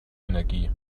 energie